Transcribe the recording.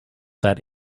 that